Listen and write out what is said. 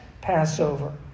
Passover